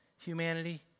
Humanity